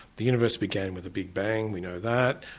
the universe began with a big bang, we know that,